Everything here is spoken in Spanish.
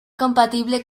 compatible